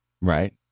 Right